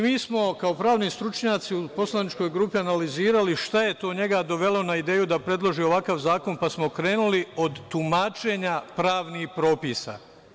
Mi smo, kao pravni stručnjaci u poslaničkoj grupi, analizirali šta je to njega dovelo na ideju da predloži ovakav zakon, pa smo krenuli od tumačenja pravnih propisa.